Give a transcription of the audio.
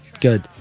Good